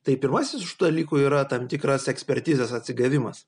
tai pirmasis iš tų dalykų yra tam tikras ekspertizės atsigavimas